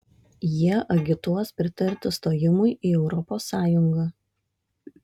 jie agituos pritarti stojimui į europos sąjungą